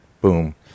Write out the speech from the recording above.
boom